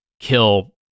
Kill